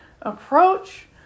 approach